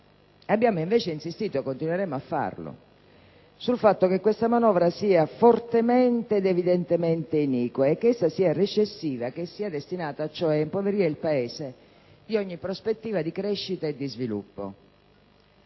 Abbiamo invece insistito, e continueremo a farlo, sul fatto che questa manovra è fortemente ed evidentemente iniqua e recessiva, destinata cioè ad impoverire il Paese di ogni prospettiva di crescita e di sviluppo.